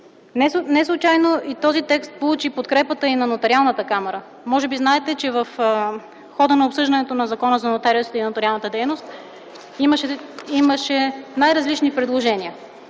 Неслучайно този текст получи подкрепата и на Нотариалната камара. Може би знаете, че в хода на обсъждането на Закона за нотариусите и нотариалната дейност имаше най-различни предложения,